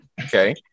Okay